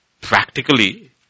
practically